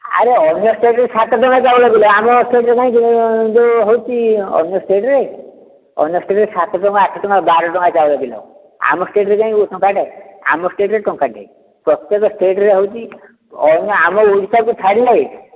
ଆରେ ଅନ୍ୟ ଷ୍ଟେଟ୍ରେ ସାତ ଟଙ୍କା ଚାଉଳ କିଲୋ ଆରେ ଆମ ଷ୍ଟେଟ୍ ଯେଉଁ ହେଉଛି ଅନ୍ୟ ଷ୍ଟେଟ୍ରେ ଅନ୍ୟ ଷ୍ଟେଟ୍ରେ ସାତ ଟଙ୍କା ଆଠ ଟଙ୍କ ବାର ଟଙ୍କା ଚାଉଳ କିଲୋ ଆମ ଷ୍ଟେଟ୍ରେ କାଇଁ ଟଙ୍କାଟେ ଆମ ଷ୍ଟେଟ୍ରେ ଟଙ୍କାଟେ ପ୍ରତେକ ଷ୍ଟେଟ୍ରେ ହେଉଛି ଆମ ଓଡ଼ିଶାକୁ ଛାଡ଼ିଲେ